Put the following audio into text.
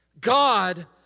God